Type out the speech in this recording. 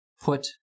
put